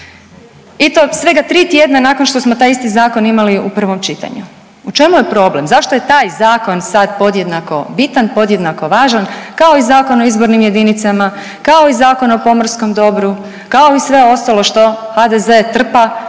i to svega 3 tjedna nakon što smo taj isti Zakon imali u prvom čitanju. U čemu je problem? Zašto je taj Zakon sad podjednako bitan, podjednako važan kao i Zakon o izbornim jedinicama, kao i Zakon o pomorskom dobru, kao i sve ostalo što HDZ trpa